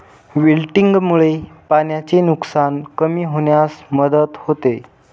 विल्टिंगमुळे पाण्याचे नुकसान कमी होण्यास मदत होते